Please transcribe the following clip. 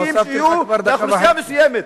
לא מעוניינים בחוקים שיהיו לאוכלוסייה מסוימת.